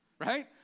right